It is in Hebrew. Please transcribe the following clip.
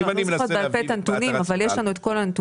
אני לא זוכרת בעל פה את הנתונים אבל יש לנו את כל הנתונים.